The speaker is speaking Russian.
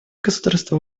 государства